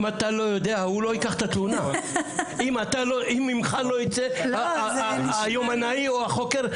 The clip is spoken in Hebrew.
אם אתה לא יודע, אם ממך לא ייצא היומנאי או החוקר,